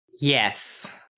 Yes